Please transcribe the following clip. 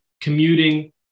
commuting